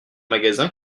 magasin